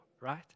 right